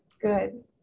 good